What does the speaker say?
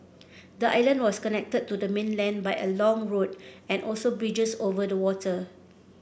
the island was connected to the mainland by a long road and also bridges over the water